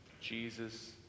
Jesus